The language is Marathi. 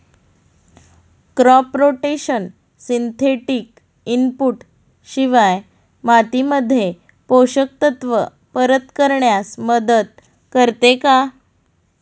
क्रॉप रोटेशन सिंथेटिक इनपुट शिवाय मातीमध्ये पोषक तत्त्व परत करण्यास मदत करते का?